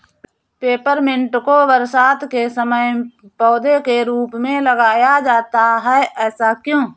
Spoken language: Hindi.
पेपरमिंट को बरसात के समय पौधे के रूप में लगाया जाता है ऐसा क्यो?